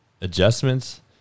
adjustments